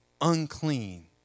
unclean